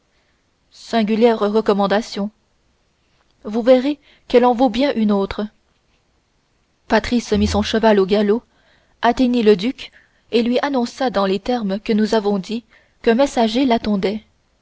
singulière recommandation vous verrez qu'elle en vaut bien une autre patrice mit son cheval au galop atteignit le duc et lui annonça dans les termes que nous avons dits qu'un messager l'attendait